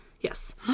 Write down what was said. Yes